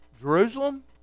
Jerusalem